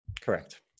Correct